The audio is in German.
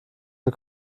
für